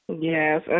Yes